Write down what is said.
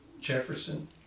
Jefferson